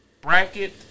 bracket